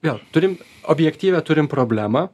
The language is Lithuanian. vėl turim objektyvią turim problemą